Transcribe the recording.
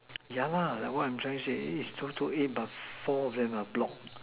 yeah lah like what I trying to say but four of them are blocked